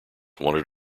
wanted